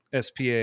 SPA